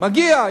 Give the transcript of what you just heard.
מגיע.